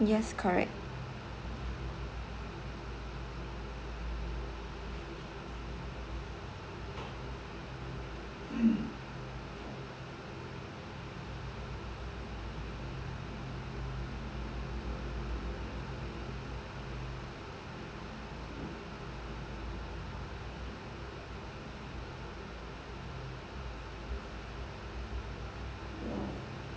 yes correct